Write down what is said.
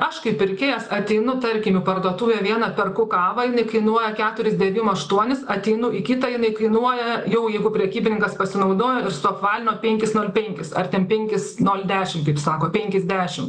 aš kaip pirkėjas ateinu tarkim į parduotuvę vieną perku kavą jinai kainuoja keturis devim aštuonis ateinu į kitą jinai kainuoja jau jeigu prekybininkas pasinaudojo ir suapvalino penkis nol penkis ar ten penkis nol dešim kaip sako penkis dešim